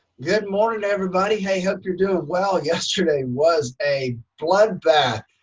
good morning, everybody. hey hope you're doing well, yesterday was a bloodbath!